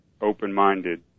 open-minded